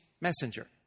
messenger